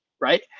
Right